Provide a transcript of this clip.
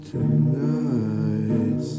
Tonight